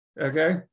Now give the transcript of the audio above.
Okay